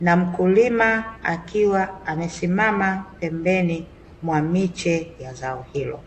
na mkulima akiwa amesimama pembeni mwa miche ya zao hilo.